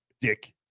Dick